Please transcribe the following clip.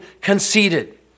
conceited